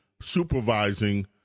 supervising